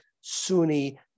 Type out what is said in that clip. Sunni